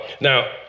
Now